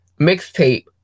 mixtape